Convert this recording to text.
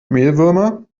mehlwürmer